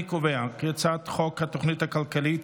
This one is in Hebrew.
אני קובע כי הצעת חוק התוכנית הכלכלית